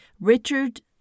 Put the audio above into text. Richard